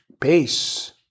Peace